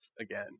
again